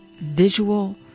visual